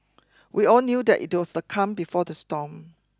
we all knew that it was the calm before the storm